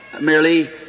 merely